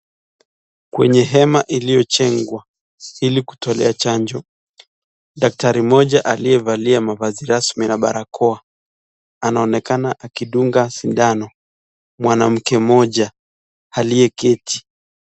Kwenye hema iliyojengwa ili kutolea chanjo daktari mmoja aliyevalia mavazi rasmi na barakoa anaonekana akidunga sindano mwanamke mmoja aliyeketi.